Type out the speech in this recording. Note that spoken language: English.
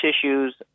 issues